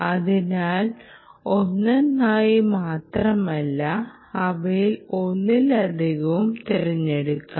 അതിനാൽ ഒന്നൊന്നായി മാത്രമല്ല അവയിൽ ഒന്നിലധികവും തിരഞ്ഞെടുക്കാം